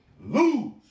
lose